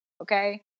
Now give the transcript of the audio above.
Okay